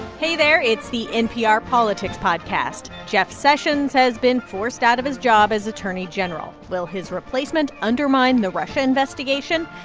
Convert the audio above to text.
hey there. it's the npr politics podcast. jeff sessions has been forced out of his job as attorney general. will his replacement undermine the russia investigation?